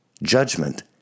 Judgment